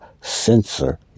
censor